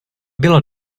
bylo